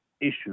issues